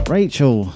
Rachel